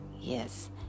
Yes